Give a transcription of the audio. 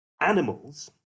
animals